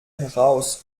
heraus